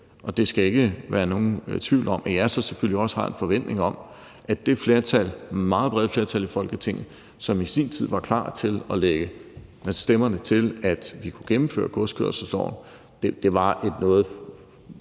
Der skal ikke være nogen tvivl om, at jeg så selvfølgelig også har en forventning om, at det flertal, det meget brede flertal i Folketinget, som i sin tid var klar til at lægge stemmer til, at vi kunne gennemføre at vedtage godskørselsloven – og det var et noget